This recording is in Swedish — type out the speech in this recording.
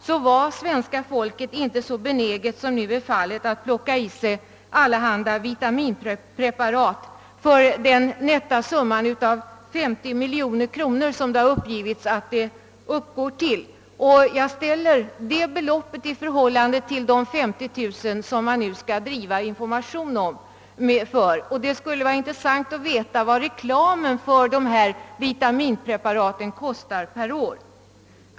skulle svenska folket inte vara så benäget som nu att plocka i sig allehanda: vitaminpreparat för den nätta summan av 50 miljoner kronor, som det har uppgivits att den uppgår till. Jag ställer detta belopp i relation till de 50 000 kronor som institutet nu skall driva. information för. Det skulle vara intressånt att veta vad reklamen för dessa vitaminpreparat kostar per år.